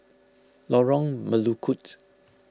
Lorong Melukut